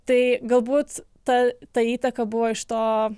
tai galbūt ta ta įtaka buvo iš to